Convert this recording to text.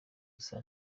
gusa